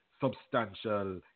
substantial